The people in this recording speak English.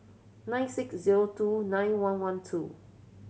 nine six zero two nine one one two